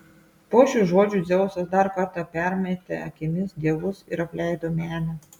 po šių žodžių dzeusas dar kartą permetė akimis dievus ir apleido menę